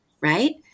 right